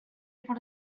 able